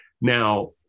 Now